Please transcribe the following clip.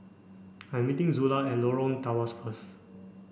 I'm meeting Zula at Lorong Tawas first